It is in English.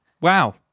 Wow